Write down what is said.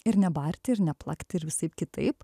ir nebarti ir neplakti ir visaip kitaip